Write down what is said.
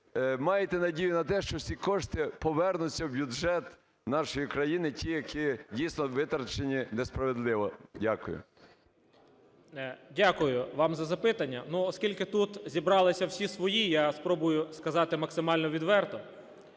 маєте надію на те, що всі кошти повернуться в бюджет нашої країни, ті, які, дійсно, витрачені несправедливо? Дякую. 12:03:32 КРУЛЬКО І.І. Дякую вам за запитання. Ну, оскільки тут зібралися всі свої, я спробую сказати максимально відверто.